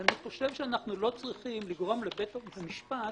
כי אני חושב שאנחנו לא צריכים לגרום לבית המשפט